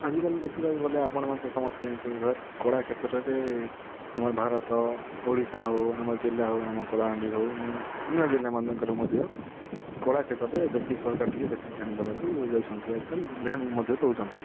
ଆଜିକାଲି ଦେଖିବାକୁ ଗଲେ ଆପଣ ମାନେ ତ ସମସ୍ତେ ଜାଣିଛନ୍ତି ସାର୍ କଳା କ୍ଷେତ୍ର ରେ ଆମର ଭାରତ ଓଡ଼ିଶା ହଉ ଆମ ଜିଲ୍ଲା ହଉ ଆମ କଳାହାଣ୍ଡି ହଉ ନା ଅନ୍ୟ ଜିଲ୍ଲା ମାନଙ୍କରେ ମଧ୍ୟ କଳାକ୍ଷେତ୍ରରେ ବେଶି ସରକାର ଟିକେ ବେଶି ଧ୍ୟାନ ଦେବାକୁ ଯାଉଛନ୍ତି ଆଜିକାଲି ଧ୍ୟାନ ମଧ୍ୟ ଦେଉଛନ୍ତି